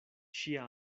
ŝia